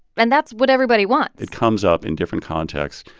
and that's what everybody wants it comes up in different contexts.